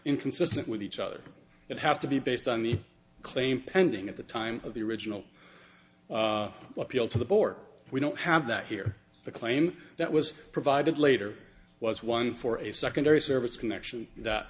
inconsistent with each other it has to be based on the claim pending at the time of the original appeal to the bor we don't have that here the claim that was provided later was one for a secondary service connection that